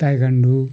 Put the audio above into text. taekwondo